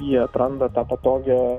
jie atranda tą patogią